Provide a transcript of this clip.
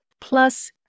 Plus